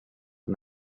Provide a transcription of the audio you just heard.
and